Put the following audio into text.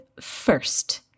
first